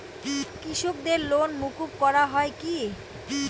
কৃষকদের লোন মুকুব করা হয় কি?